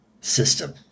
system